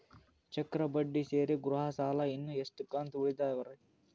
ಚಕ್ರ ಬಡ್ಡಿ ಸೇರಿ ಗೃಹ ಸಾಲ ಇನ್ನು ಎಷ್ಟ ಕಂತ ಉಳಿದಾವರಿ?